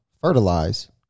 fertilize